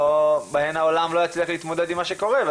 בהן העולם לא יצליח להתמודד עם מה שקורה.